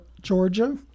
Georgia